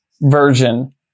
version